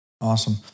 Awesome